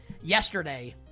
yesterday